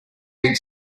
big